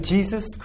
Jesus